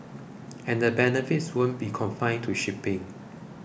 and the benefits wouldn't be confined to shipping